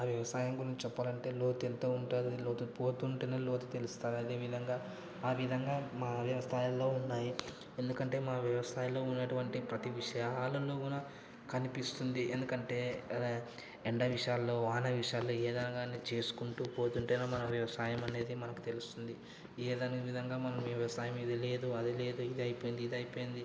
ఆ వ్యవసాయం గురించి చెప్పాలంటే లోతు ఎంతో ఉంటారు లోతు పోతూ ఉంటేనే లోతు తెలుస్తుంది అదే విధంగా ఆ విధంగా మా వ్యవస్థాయలో ఉన్నాయి ఎందుకంటే మా వ్యవస్థాయిలో ఉన్నటువంటి ప్రతీ విషయాలలో కూడా కనిపిస్తుంది ఎందుకంటే ఎండ విషయాల్లో వాన విషయాల్లో ఏదైనా కానీ చేసుకుంటూ పోతుంటేనే మన వ్యవసాయం అనేది మనకు తెలుస్తుంది ఏదైనా విధంగా మనం వ్యవసాయం ఇది లేదు అది లేదు ఇది అయిపోయింది ఇది అయిపోయింది